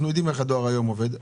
אנחנו יודעים איך הדואר עובד היום.